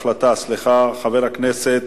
חברי חברי הכנסת,